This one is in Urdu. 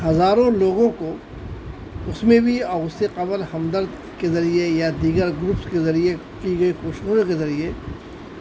ہزاروں لوگوں کو اس میں بھی کے ذریعے یا دیگر گروپس کے ذریعے کی گئی خوشنے کے ذریعے